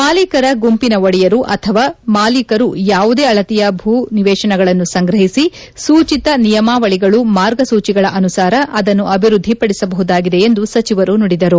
ಮಾಲಿಕರ ಗುಂಪಿನ ಒಡೆಯರು ಅಥವಾ ಮಾಲೀಕರು ಯಾವುದೇ ಅಳತೆಯ ಭೂ ನಿವೇಶನಗಳನ್ನು ಸಂಗ್ರಹಿಸಿ ಸೂಚಿತ ನಿಯಮಾವಳಿಗಳು ಮಾರ್ಗ ಸೂಚಿಗಳ ಅನುಸಾರ ಅದನ್ನು ಅಭಿವೃದ್ದಿ ಪಡಿಸಬಹುದಾಗಿದೆ ಎಂದು ಸಚಿವರು ನುಡಿದರು